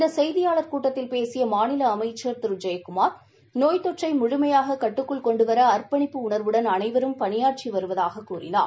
இந்த செய்தியாளர் கூட்டத்தில் பேசிய மாநில அமைச்சள் திரு ஜெயக்குமார் நோய் தொற்றை முழுமையாக கட்டுக்குள் கொண்டுவர அர்ப்பணிப்பு உணர்வுடன் அனைவரும் பணியாற்றி வருவதாகக் கூறினார்